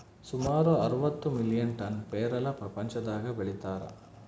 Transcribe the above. ಸುಮಾರು ಅರವತ್ತು million tonne ಪೇರಲ ಪ್ರಪಂಚದಾಗ ಬೆಳೀತಾರ